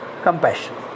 compassion